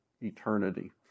eternity